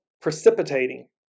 precipitating